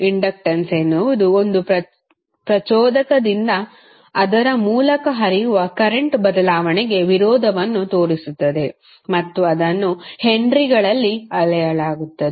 inductance ಎನ್ನುವುದು ಒಂದು ಪ್ರಚೋದಕದಿಂದ ಅದರ ಮೂಲಕ ಹರಿಯುವ ಕರೆಂಟ್ ಬದಲಾವಣೆಗೆ ವಿರೋಧವನ್ನು ತೋರಿಸುತ್ತದೆ ಮತ್ತು ಅದನ್ನು ಹೆನ್ರಿಗಳಲ್ಲಿ ಅಳೆಯಲಾಗುತ್ತದೆ